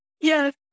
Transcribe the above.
Yes